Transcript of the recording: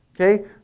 Okay